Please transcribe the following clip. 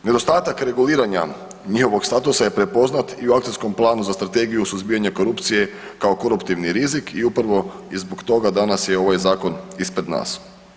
Nedostatak reguliranja njihovog statusa je prepoznat i u Akcijskom planu za strategiju suzbijanja korupcije kao koruptivni rizik i upravo i zbog toga je danas ovaj zakon ispred nas.